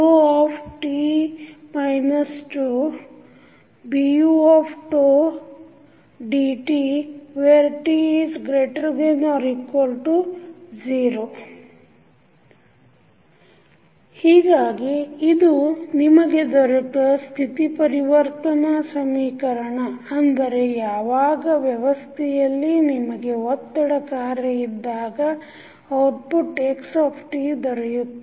ಹೀಗಾಗಿ ಇದು ನಿಮಗೆ ದೊರೆತ ಸ್ಥಿತಿ ಪರಿವರ್ತನಾ ಸಮೀಕರಣ ಅಂದರೆ ಯಾವಾಗ ವ್ಯವಸ್ಥೆಯಲ್ಲಿ ನಿಮಗೆ ಒತ್ತಡ ಕಾರ್ಯ ಇದ್ದಾಗ ಔಟ್ಪುಟ್ xt ದೊರೆಯುತ್ತದೆ